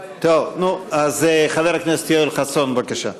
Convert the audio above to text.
טוב, נו, אז חבר הכנסת יואל חסון, בבקשה.